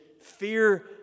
fear